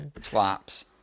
Slaps